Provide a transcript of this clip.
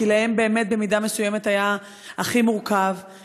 כי להם באמת במידה מסוימת היה הכי מורכב,